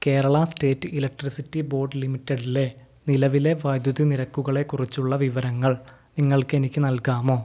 Kerala state electricity board ലിമിറ്റഡ്ലെ നിലവിലെ വൈദ്യുതി നിരക്കുകളെക്കുറിച്ചുള്ള വിവരങ്ങൾ നിങ്ങൾക്ക് എനിക്ക് നൽകാമോ